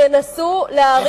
שינסו להאריך,